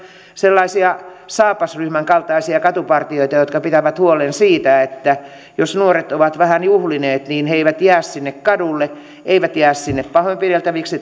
sellaisia saapas ryhmän kaltaisia katupartioita jotka pitävät huolen siitä että jos nuoret ovat vähän juhlineet niin he eivät jää sinne kadulle eivät jää sinne pahoinpideltäviksi